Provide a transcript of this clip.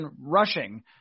rushing